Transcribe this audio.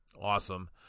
Awesome